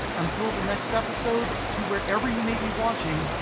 until the next episode, to where ever you may be watching,